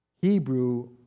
Hebrew